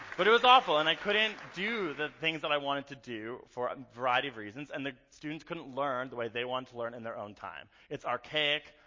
but it was awful and i couldn't do the things that i wanted to do for a variety of reasons, and the students couldn't learn the way they wanted to learn in their own time. it's archaic,